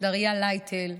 דריה לייטל,